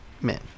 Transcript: men